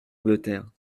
angleterre